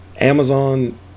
Amazon